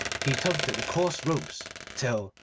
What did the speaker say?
he tugged at the coarse ropes till,